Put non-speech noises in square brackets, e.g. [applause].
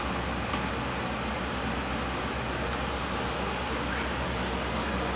the second time I took uh O level art um [noise] it was